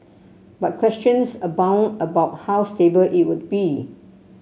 but questions abound about how stable it would be